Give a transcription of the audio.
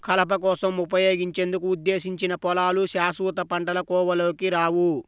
కలప కోసం ఉపయోగించేందుకు ఉద్దేశించిన పొలాలు శాశ్వత పంటల కోవలోకి రావు